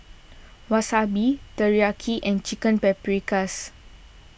Wasabi Teriyaki and Chicken Paprikas